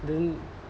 then